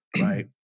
right